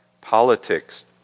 politics